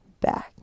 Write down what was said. back